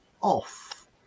off